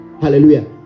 Hallelujah